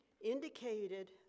indicated